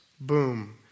boom